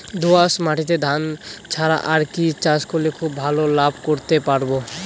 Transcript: দোয়াস মাটিতে ধান ছাড়া আর কি চাষ করলে খুব ভাল লাভ করতে পারব?